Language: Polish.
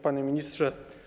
Panie Ministrze!